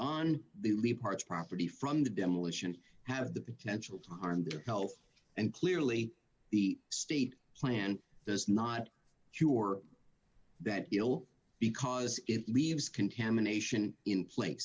on the lead parts property from demolition have the potential to harm their health and clearly the state plan does not cure that ill because it leaves contamination in